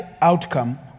outcome